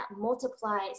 multiplies